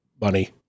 money